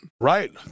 Right